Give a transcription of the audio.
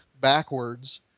backwards